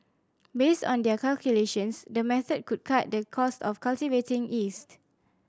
based on their calculations the method could cut the cost of cultivating yeast